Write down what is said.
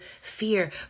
fear